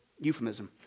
euphemism